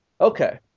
okay